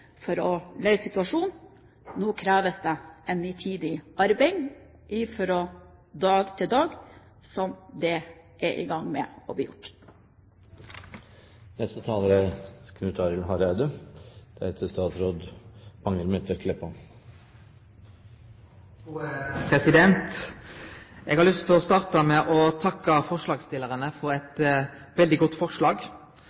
for å løse situasjonen. Nå kreves det nitid arbeid fra dag til dag, som man er i gang med. Eg har lyst til å starte med å takke forslagstillarane for eit veldig godt forslag. Kryssingsspor er av dei tinga som gjer at me kan få til